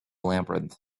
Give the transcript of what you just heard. labyrinth